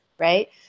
right